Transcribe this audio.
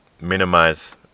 minimize